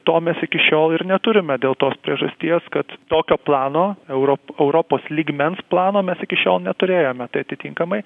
to mes iki šiol ir neturime dėl tos priežasties kad tokio plano europ europos lygmens plano mes iki šiol neturėjome tai atitinkamai